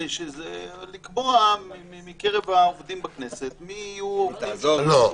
לקבוע מקרב העובדים בכנסת מי יהיו העובדים.